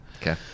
okay